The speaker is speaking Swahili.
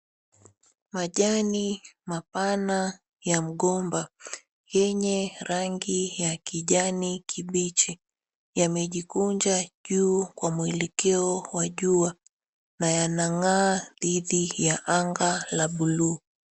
Majani mapana ya mgomba yenye rangi ya kijani kibichi yamejikunja juu kwa muelekeo wa jua na yanang'aa dhidi ya anga la bluu.